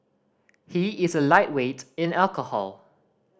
he is a lightweight in alcohol